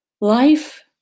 Life